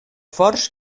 forts